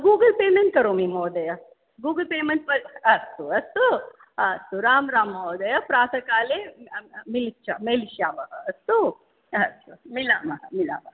Google payment करोमि महोदय Google payment अस्तु अस्तु अस्तु रां रां महोदय प्रातःकाले मेलिष्यामः अस्तु मिलामः मिलावः